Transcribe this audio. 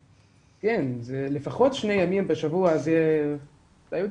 לפחות יומיים בשבוע, זה מאוד